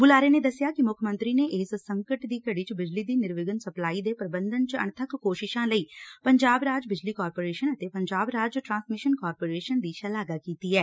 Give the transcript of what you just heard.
ਬੁਲਾਰੇ ਨੇ ਦਸਿਆ ਕਿ ਮੁੱਖ ਮੰਤਰੀ ਨੇ ਇਸ ਸੰਕਟ ਦੀ ਘੜੀ ਚ ਬਿਜਲੀ ਦੀ ਨਿਰਵਿਘਨ ਸਪਲਾਈ ਦੇ ਪ੍ਰਬੰਧਨ ਚ ਅਣੱਬਕ ਕੋਸ਼ਿਸ਼ਾਂ ਲਈ ਪੰਜਾਬ ਰਾਜ ਬਿਜਲੀ ਕਾਰਪੋਰੇਸ਼ਨ ਅਤੇ ਪੰਜਾਬ ਰਾਜ ਟਰਾਂਸਮਿਸ਼ਨ ਕਾਰਪੋਰੇਸ਼ਨ ਦੀ ਸ਼ਲਾਘਾ ਕੀਤੀ ਐ